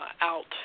out